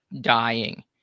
dying